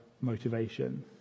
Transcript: motivation